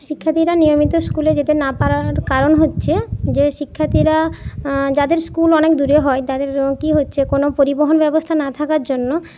শিক্ষার্থীরা নিয়মিত স্কুলে যেতে না পারার কারণ হচ্ছে যে শিক্ষার্থীরা যাদের স্কুল অনেক দূরে হয় যাদের কি হচ্ছে কোনো পরিবহন ব্যবস্থা না থাকার জন্য